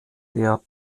der